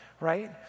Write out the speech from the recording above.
right